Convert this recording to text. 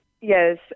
Yes